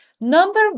Number